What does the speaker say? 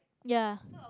ya